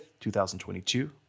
2022